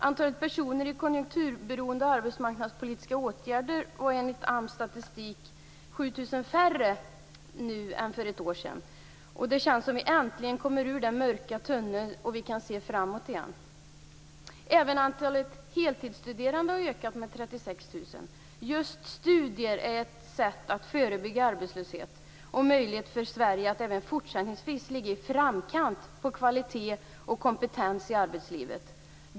Antalet personer i konjunkturberoende arbetsmarknadspolitiska åtgärder var enligt AMS statistik 7 000 färre nu än för ett år sedan. Det känns som vi äntligen kommer ut ur den mörka tunneln och kan se framåt igen. Även antalet heltidsstuderande har ökat med 36 000. Just studier är ju ett sätt att förebygga arbetslöshet och ger möjlighet för Sverige att även fortsättningsvis ligga i framkant när det gäller kvalitet och kompetens i arbetslivet.